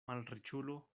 malriĉulo